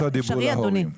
זכות הדיבור להורים.